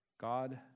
God